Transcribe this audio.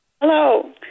Hello